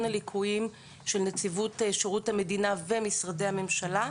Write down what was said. הליקויים של נציבות שירות המדינה ומשרדי הממשלה.